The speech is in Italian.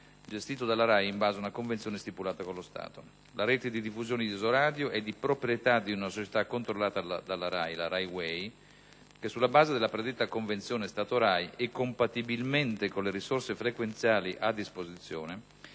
gestito dalla RAI in base ad una convenzione stipulata con lo Stato. La rete di diffusione Isoradio è di proprietà di una società controllata dalla RAI, la RAI Way, che sulla base della predetta convenzione Stato-RAI e compatibilmente con le risorse frequenziali a disposizione